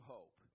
Hope